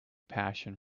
passion